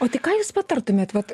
o tai ką jūs patartumėt vat